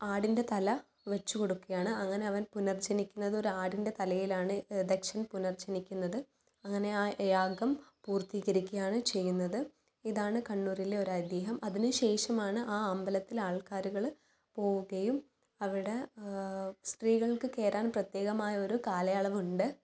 ആടിൻ്റെ തലവച്ച് കൊടുക്കുകയാണ് അങ്ങനെ അവൻ പുനർജനിക്കുന്നതൊരു ആടിൻ്റെ തലയിലാണ് ദക്ഷൻ പുനർജ്ജനിക്കുന്നത് അങ്ങനെ ആ യാഗം പൂർത്തീകരിക്കുകയാണ് ചെയ്യുന്നത് ഇതാണ് കണ്ണൂരിലെ ഒരു ഐതീഹ്യം അതിന് ശേഷമാണ് ആ അമ്പലത്തില് ആൾക്കാരുകള് പോകുകയും അവിടെ സ്ത്രീകൾക്ക് കയറാൻ പ്രത്യേകമായൊരു കാലയളവുണ്ട്